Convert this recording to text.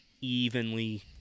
evenly